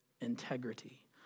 integrity